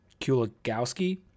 Kuligowski